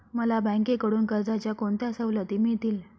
मला बँकेकडून कर्जाच्या कोणत्या सवलती मिळतील?